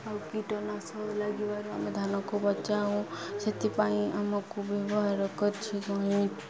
ଆଉ କୀଟନାଶ ଲାଗିବାରୁ ଆମେ ଧାନକୁ ବଚାଉ ସେଥିପାଇଁ ଆମକୁ ବ୍ୟବହାର କରିଛି ଗଣି